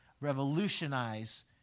revolutionize